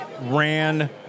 ran